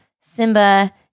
Simba